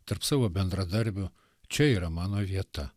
tarp savo bendradarbių čia yra mano vieta